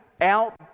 out